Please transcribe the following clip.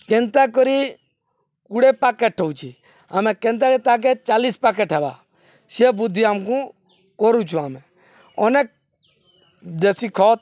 କେନ୍ତା କରି କୁଡ଼େ ପାକେଟ୍ ହଉଛେ ଆମେ କେନ୍ତା କରି ତାକେ ଚାଲିଶ୍ ପାକେଟ୍ ହେବା ସେ ବୁଦ୍ଧି ଆମ୍କୁ କରୁଚୁ ଆମେ ଅନେକ୍ ଦେଶୀ ଖତ୍